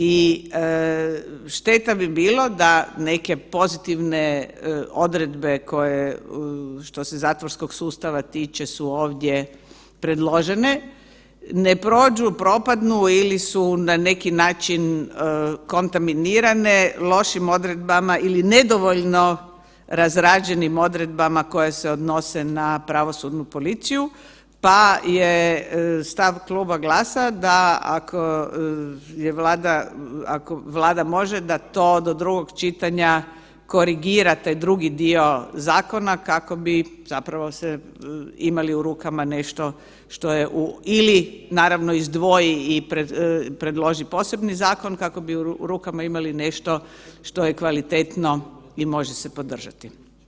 I šteta bi bilo da neke pozitivne odredbe koje, što se zatvorskog sustava tiče su ovdje predložene, ne prođu, propadnu ili su na neki način kontaminirane lošim odredbama ili nedovoljno razrađenim odredbama koje se odnose na pravosudnu policiju, pa je stav Kluba GLAS-a da ako je Vlada, ako Vlada može da to do drugog čitanja korigirate drugi dio zakona kako bi zapravo se imali u rukama nešto što je ili naravno izdvoji i predloži posebni zakon, kako bi u rukama imali nešto što je kvalitetno i može se podržati.